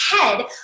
head